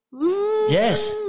Yes